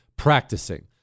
practicing